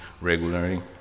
regularly